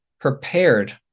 prepared